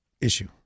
issue